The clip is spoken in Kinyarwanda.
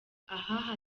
aha